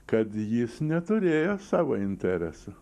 kad jis neturėjo savo interesų